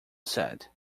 said